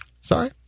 Sorry